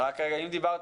שאמר נציג המנהלים